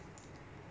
!hais!